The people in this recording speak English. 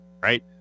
right